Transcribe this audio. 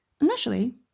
Initially